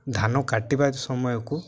ଧାନ କାଟିବା ସମୟକୁ